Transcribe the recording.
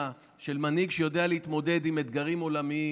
ומנהיג שיודע להתמודד עם אתגרים עולמיים,